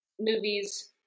movies